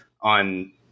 on